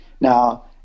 Now